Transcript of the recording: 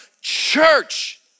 church